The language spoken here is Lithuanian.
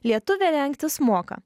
lietuvė rengtis moka